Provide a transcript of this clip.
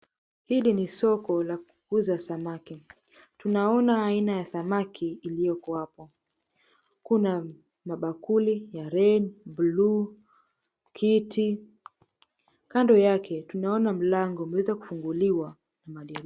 Hili ni soko la kuuza samaki. Tunaona aina ya samaki iliyokuwapo. Kuna mabakuli ya red , blue , kiti. Kando yake tunaona mlango unaweza kufunguliwa na...